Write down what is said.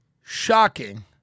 shocking